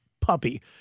puppy